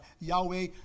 Yahweh